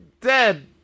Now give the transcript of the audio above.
dead